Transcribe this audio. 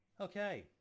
Okay